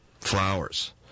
flowers